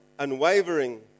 unwavering